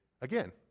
again